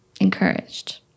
encouraged